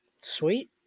Sweet